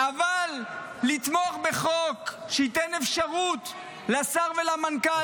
אבל לתמוך בחוק שייתן אפשרות לשר ולמנכ"ל